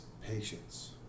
patience